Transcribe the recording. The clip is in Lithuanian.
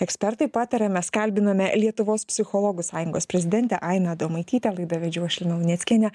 ekspertai pataria mes kalbiname lietuvos psichologų sąjungos prezidentę ainą adomaitytę laidą vedžiau aš lina janickienė